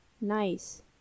nice